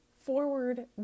forward